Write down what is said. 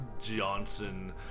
Johnson